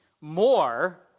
more